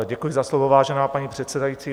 Děkuji za slovo, vážená paní předsedající.